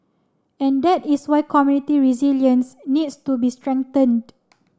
and that is why community resilience needs to be strengthened